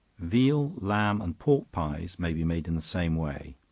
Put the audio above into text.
veal, lamb and pork pies, may be made in the same way.